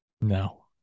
No